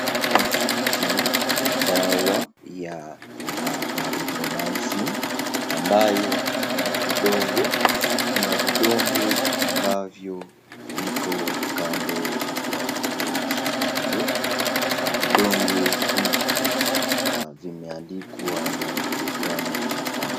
Pakiti ya dawa ya azithromycin ambayo ina vidonge kuna vidonge ambavyo viko kando ya boksi hiyo, vidonge hivi vimeandikwa ni ya miligram mia tano.